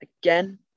again